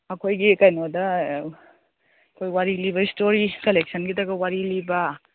ꯑꯩꯈꯣꯏꯒꯤ ꯀꯩꯅꯣꯗ ꯑꯩꯈꯣꯏ ꯋꯥꯔꯤ ꯂꯤꯕ ꯁ꯭ꯇꯣꯔꯤ ꯀꯂꯦꯛꯁꯟꯒꯤꯗꯒ ꯋꯥꯔꯤ ꯂꯤꯕ